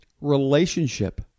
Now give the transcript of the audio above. relationship